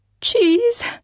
cheese